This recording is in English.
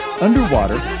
Underwater